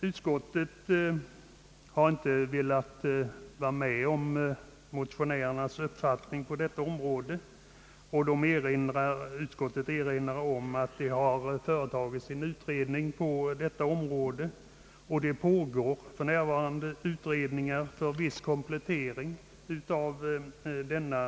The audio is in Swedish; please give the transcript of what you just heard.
Utskottet har inte velat biträda motionärernas uppfattning och erinrar om att det har företagits en utredning på detta område och att det för närvarande pågår kompletterande utredningar.